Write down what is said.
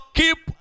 keep